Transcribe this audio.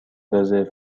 رزرو